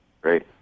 Great